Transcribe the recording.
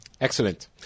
Excellent